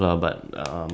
ya